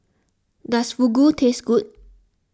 does Fugu taste good